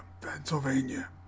pennsylvania